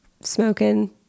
smoking